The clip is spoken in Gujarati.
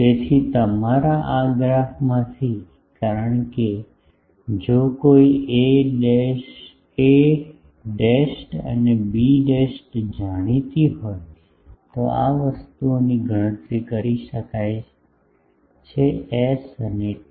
તેથી તમારા આ ગ્રાફમાંથી કારણ કે જો કોઈ એ ડેશેડ અને બી ડેશેડ જાણીતી હોય તો આ વસ્તુઓની ગણતરી કરી શકાય છે s અને t